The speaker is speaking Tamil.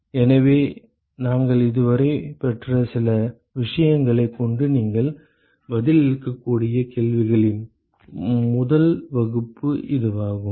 எனவே நாங்கள் இதுவரை பெற்ற சில விஷயங்களைக் கொண்டு நீங்கள் பதிலளிக்கக்கூடிய கேள்விகளின் முதல் வகுப்பு இதுவாகும்